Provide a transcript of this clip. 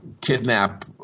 kidnap